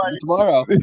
tomorrow